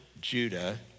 Judah